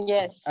Yes